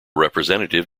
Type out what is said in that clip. representative